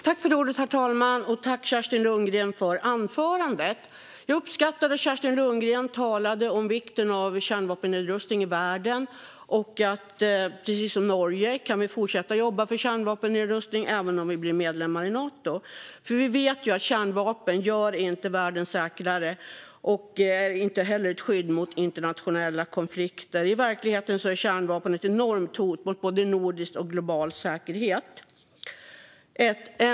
Herr talman! Tack, Kerstin Lundgren, för anförandet! Jag uppskattade att Kerstin Lundgren talade om vikten av kärnvapennedrustning i världen och att vi, precis som Norge, kan fortsätta att jobba för kärnvapennedrustning även om Sverige blir medlem i Nato. För vi vet ju att kärnvapen inte gör världen säkrare och inte heller är ett skydd mot internationella konflikter. I verkligheten är kärnvapen ett enormt hot mot både nordisk och global säkerhet.